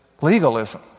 legalism